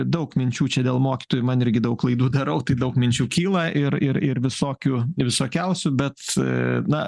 daug minčių čia dėl mokytojų man irgi daug klaidų darau tai daug minčių kyla ir ir ir visokių visokiausių bet na